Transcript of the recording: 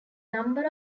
number